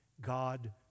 God